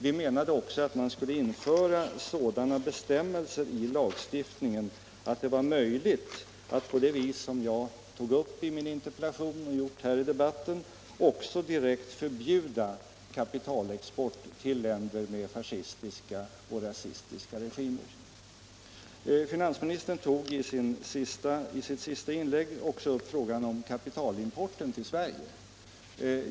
Vi menade också att man skulle införa sådana bestämmelser i lagstiftningen att det var möjligt att på det sätt som jag tog upp i min interpellation och som jag framhållit här i debatten också direkt förbjuda kapitalexport till länder med fascistiska och rasistiska regimer. I sitt senaste inlägg tog finansministern också upp frågan om kapitalimporten till Sverige.